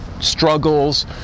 struggles